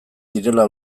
direla